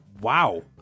Wow